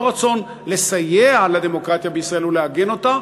לא רצון לסייע לדמוקרטיה בישראל ולעגן אותה,